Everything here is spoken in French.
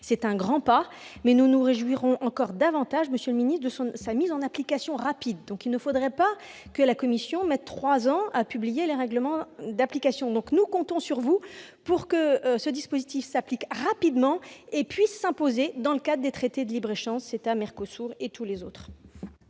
c'est un grand pas, mais nous nous réjouirons encore davantage de la mise en application rapide de cette décision. Il ne faudrait pas que la Commission mette trois ans à publier les règlements d'application. Je suis d'accord. Donc nous comptons sur vous pour que ce dispositif s'applique rapidement et puisse s'imposer dans le cadre des traités de libre-échange CETA, MERCOSUR et tous les autres.